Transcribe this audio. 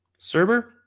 Serber